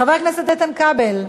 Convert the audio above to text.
חבר הכנסת איתן כבל,